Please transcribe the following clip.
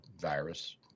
virus